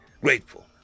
grateful